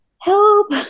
help